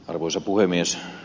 arvoisa puhemies